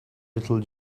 little